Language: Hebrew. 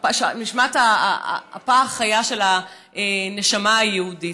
מנשמת אפה החיה של הנשמה היהודית.